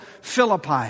Philippi